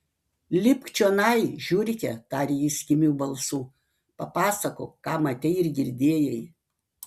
lipk čionai žiurke tarė jis kimiu balsu papasakok ką matei ir girdėjai